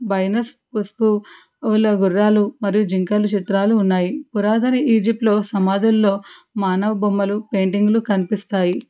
బైనస్ పసుపు వీళ్ళ గుర్రాలు మరియు జింకల చిత్రాలు ఉన్నాయి పురాతన ఈజిప్ట్లో సమాధుల్లో మానవ బొమ్మలు పెయింటింగ్లు కనిపిస్తాయి